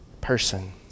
person